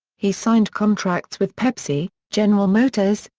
he signed contracts with pepsi, general motors,